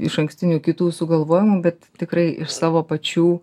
išankstinių kitų sugalvojimų bet tikrai iš savo pačių